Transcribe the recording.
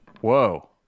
Whoa